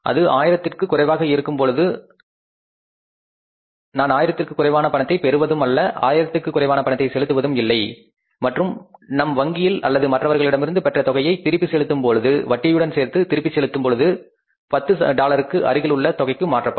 அது ஆயிரத்திற்கு குறைவாக இருக்கும் பொழுது நான் ஆயிரத்திற்கு குறைவாக பணத்தை பெறுவதும் அல்ல ஆயிரத்திற்கு குறைவாக பணத்தை செலுத்துவதும் இல்லை மற்றும் நாம் வங்கியில் அல்லது மற்றவர்களிடமிருந்து பெற்ற தொகையை திருப்பி செலுத்தும் பொழுது வட்டியுடன் சேர்த்து திருப்பி செலுத்தும் பொழுது 10 டாலருக்கு அருகில் உள்ள தொகைக்கு மாற்றப்படும்